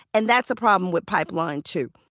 and that's a problem with pipeline, too.